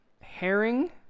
Herring